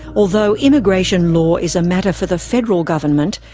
although immigration law is a matter for the federal government,